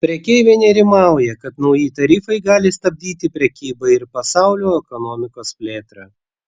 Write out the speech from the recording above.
prekeiviai nerimauja kad nauji tarifai gali stabdyti prekybą ir pasaulio ekonomikos plėtrą